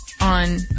On